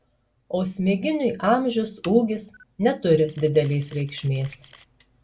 o smiginiui amžius ūgis neturi didelės reikšmės